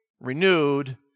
renewed